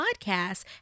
podcast